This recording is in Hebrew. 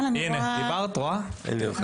זה דבר ראשון.